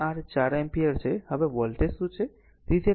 તેથી આ r 4 ampere છે હવે વોલ્ટેજ શું છે